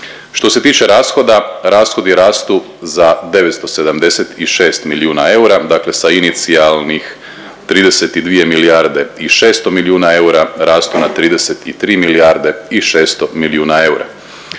Što se tiče rashoda, rashodi rastu za 976 milijuna eura, dakle sa inicijalnih 32 milijarde i 600 milijuna eura rastu na 33 milijarde i 600 milijuna eura.